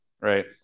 Right